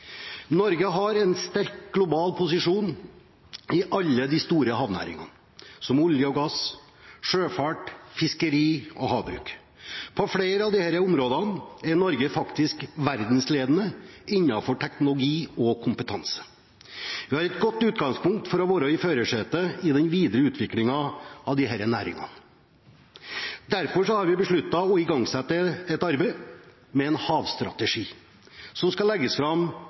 Norge har en sterk global posisjon i alle de store havnæringene, som olje og gass, sjøfart, fiskeri og havbruk. På flere av disse områdene er Norge faktisk verdensledende innen teknologi og kompetanse. Vi har et godt utgangspunkt for å være i førersetet i den videre utviklingen av disse næringene. Derfor har vi besluttet å igangsette et arbeid med en havstrategi, som skal legges fram